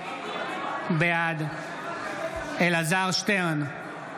בעד גלעד קריב,